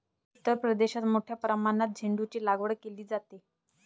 उत्तर प्रदेशात मोठ्या प्रमाणात झेंडूचीलागवड केली जाते